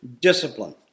Discipline